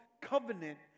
covenant